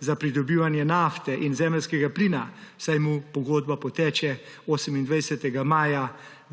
za pridobivanje nafte in zemeljskega plina, saj mu pogodba poteče 28. maja